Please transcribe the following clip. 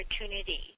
opportunity